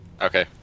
Okay